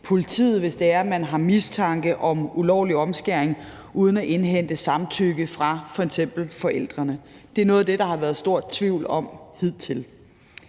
politiet, hvis det er, man har mistanke om ulovlig omskæring, uden at indhente samtykke fra f.eks. forældrene. Det er noget af det, der har været stor tvivl om hidtil.